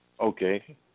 Okay